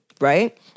right